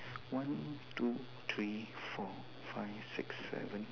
one two three four five six seven